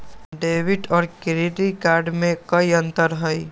Debit और credit card में कई अंतर हई?